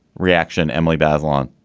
reaction. emily bazelon,